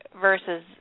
versus